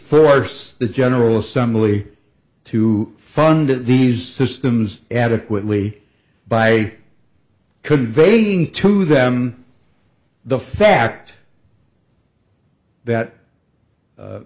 first the general assembly to fund these systems adequately by conveying to them the fact that